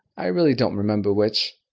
i really don't remember which.